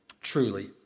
Truly